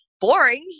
boring